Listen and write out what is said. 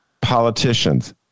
politicians